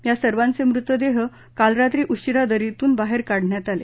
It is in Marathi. या सर्वाचे मृतदेह काल रात्री उशिरा दरीतून बाहेर काढण्यात आले